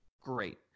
Great